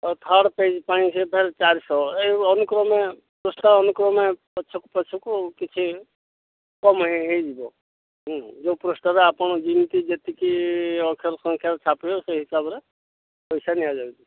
ଆଉ third page ପାଇଁ ସେ ଫେର ଚାରିଶହ ଏ ଅନୁକ୍ରମେ ପୃଷ୍ଠା ଅନୁକ୍ରମେ ପଛକୁ ପଛକୁ କିଛି କମ୍ ହେଇ ହେଇଯିବ ହୁଁ ଯେଉଁ ପୃଷ୍ଠାରେ ଆପଣ ଯେମିତି ଯେତିକି ଅକ୍ଷର ସଂଖ୍ୟାାର ଛାପିବ ସେଇ ହିସାବରେ ପଇସା ନିଆଯାଉଛିି